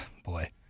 Boy